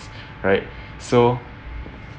right so